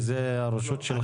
זאת הרשות שלך.